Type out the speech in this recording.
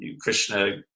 Krishna